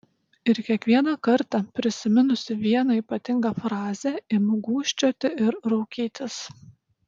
ir kiekvieną kartą prisiminusi vieną ypatingą frazę imu gūžčioti ir raukytis